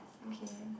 okay